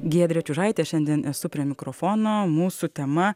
giedrė čiužaitė šiandien esu prie mikrofono mūsų tema